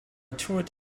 toured